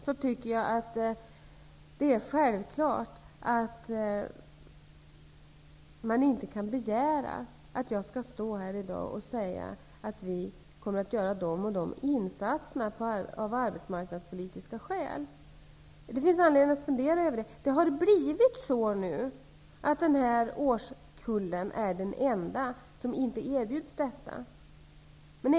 Självfallet kan man inte begära att jag i dag skall säga att vi av arbetsmarknadspolitiska skäl kommer att göra de och de insatserna. Men det finns anledning att fundera över det. Det har blivit så att den här årskullen är den enda som inte erbjuds ett tredje år.